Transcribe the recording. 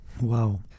Wow